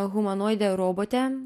humanoidę robotę